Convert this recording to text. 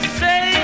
say